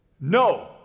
No